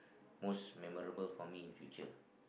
most memorable for me in future